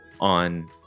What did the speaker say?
on